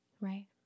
Right